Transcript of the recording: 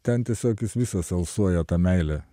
ten tiesiog jis visas alsuoja meile